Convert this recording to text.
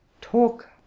Talk